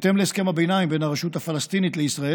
בהתאם להסכם הביניים בין הרשות הפלסטינית לישראל,